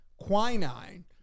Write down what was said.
quinine